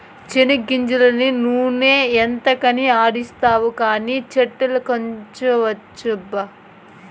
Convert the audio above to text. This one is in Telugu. చెనిగ్గింజలన్నీ నూనె ఎంతకని ఆడిస్తావు కానీ చట్ట్నిలకుంచబ్బా